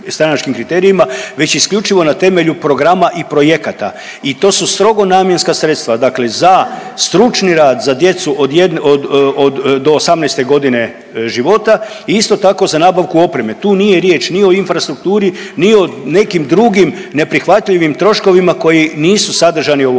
već isključivo na temelju programa i projekata i to su strogo namjenska sredstva, dakle za stručni rad, za djecu od jedne, od, od, do 18.g. života i isto tako za nabavku opreme, tu nije riječ ni o infrastrukturi, ni o nekim drugim neprihvatljivim troškovima koji nisu sadržani u ovome,